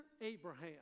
Abraham